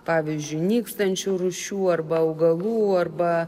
pavyzdžiui nykstančių rūšių arba augalų arba